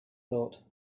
thought